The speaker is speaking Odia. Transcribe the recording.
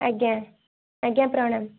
ଆଜ୍ଞା ଆଜ୍ଞା ପ୍ରଣାମ